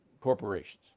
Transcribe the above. corporations